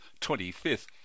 25th